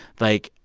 like,